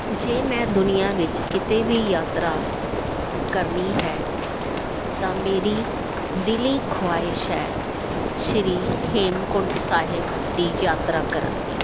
ਜੇ ਮੈਂ ਦੁਨੀਆਂ ਵਿੱਚ ਕਿਤੇ ਵੀ ਯਾਤਰਾ ਕਰਨੀ ਹੈ ਤਾਂ ਮੇਰੀ ਦਿਲੀਂ ਖਵਾਹਿਸ਼ ਹੈ ਸ਼੍ਰੀ ਹੇਮਕੁੰਟ ਸਾਹਿਬ ਦੀ ਯਾਤਰਾ ਕਰਨ ਦੀ